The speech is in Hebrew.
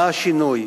מה השינוי?